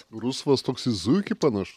rusvas toks zuikį panašus